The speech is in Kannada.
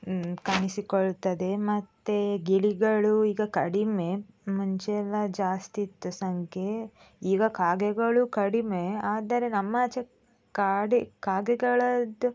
ಕಾಣಿಸಿಕೊಳ್ತದೆ ಮತ್ತು ಗಿಳಿಗಳು ಈಗ ಕಡಿಮೆ ಮುಂಚೆಯೆಲ್ಲ ಜಾಸ್ತಿಯಿತ್ತು ಸಂಖ್ಯೆ ಈಗ ಕಾಗೆಗಳು ಕಡಿಮೆ ಆದರೆ ನಮ್ಮ ಆಚೆ ಕಾಡು ಕಾಗೆಗಳದ್ದು